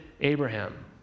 Abraham